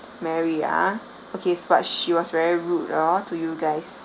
mary ah okay but she was very rude [ho] to you guys